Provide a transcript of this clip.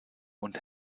und